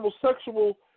homosexual